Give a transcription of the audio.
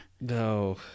No